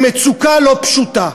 במצוקה לא פשוטה.